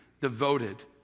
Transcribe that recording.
devoted